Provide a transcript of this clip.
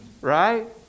Right